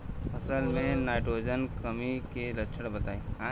फसल में नाइट्रोजन कमी के लक्षण बताइ?